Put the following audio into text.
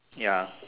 ya